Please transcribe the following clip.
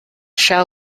shall